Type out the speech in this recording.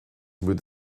muid